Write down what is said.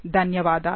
ధన్యవాదాలు